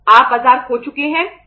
आप बाजार खो चुके हैं